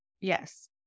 Yes